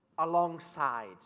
alongside